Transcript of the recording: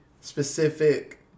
specific